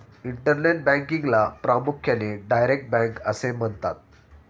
internet बँकिंगला प्रामुख्याने direct bank असे म्हणतात